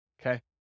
Okay